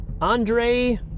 Andre